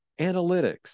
analytics